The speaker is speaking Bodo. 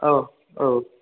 औ औ